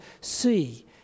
see